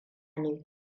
ne